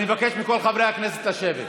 אני מבקש מכל חברי הכנסת לשבת.